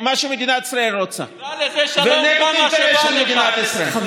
מה שמדינת ישראל רוצה ונגד האינטרס של מדינת ישראל.